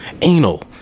anal